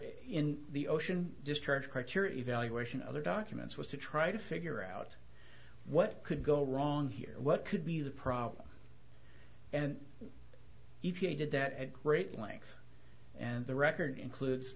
in the ocean discharge criteria evaluation other documents was to try to figure out what could go wrong here what could be the problem and e p a did that at great length and the record includes